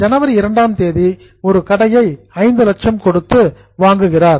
ஜனவரி 2 ஆம் தேதி ஒரு கடையை 5 லட்சம் கொடுத்து வாங்குகிறார்